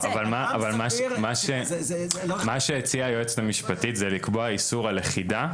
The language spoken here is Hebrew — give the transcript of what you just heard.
מה שהציעה היועצת המשפטית זה לקבוע איסור על לכידה,